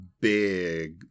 big